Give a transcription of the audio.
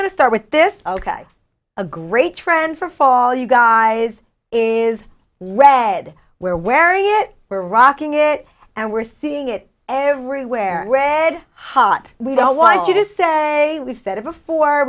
going to start with this ok a great trend for fall you guys is red where where you were rocking it and we're seeing it everywhere red hot we don't want you to say we've said it before